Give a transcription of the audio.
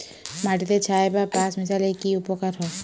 মাটিতে ছাই বা পাঁশ মিশালে কি উপকার হয়?